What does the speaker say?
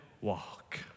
walk